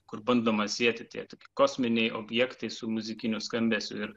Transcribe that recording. kur bandoma sieti tie tokie kosminiai objektai su muzikiniu skambesiu ir